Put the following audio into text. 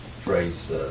phrase